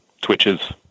twitches